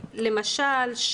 למשל,